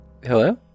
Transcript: Hello